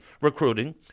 recruiting